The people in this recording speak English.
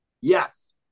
Yes